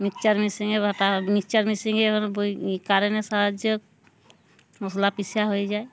mixture মেশিনে এটা mixture মিশিয়ে এ বই কারেনে সাহায্য মশলা কষা হয়ে যায়